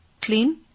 clean